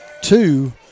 two